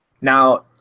Now